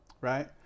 right